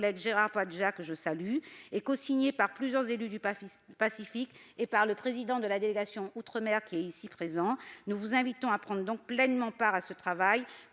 Gérard Poadja, que je salue, et cosigné par plusieurs élus du Pacifique et par le président de la délégation aux outre-mer, qui est ici présent, nous vous invitons à prendre pleinement part à ce travail pour